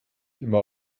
immer